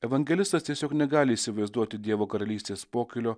evangelistas tiesiog negali įsivaizduoti dievo karalystės pokylio